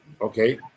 Okay